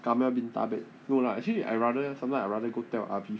kamel bin thaabet no lah actually I rather sometime I rather go tel aviv